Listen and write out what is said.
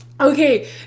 okay